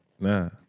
nah